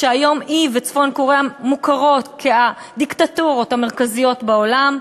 היום היא וצפון-קוריאה מוכרות כדיקטטורות המרכזיות בעולם.